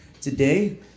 today